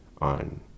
on